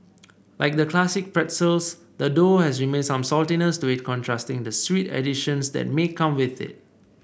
like the classic pretzels the dough has remain some saltiness to it contrasting the sweet additions that may come with it